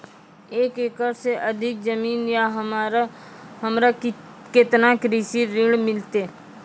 एक एकरऽ से अधिक जमीन या हमरा केतना कृषि ऋण मिलते?